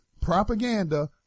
propaganda